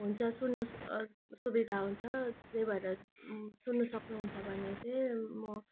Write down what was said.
हुन्छ सुन्नुहोस सुविधा हुन्छ त्यही भएर सुन्नु सक्नुहुन्छ भने चाहिँ म